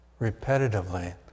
repetitively